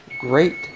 Great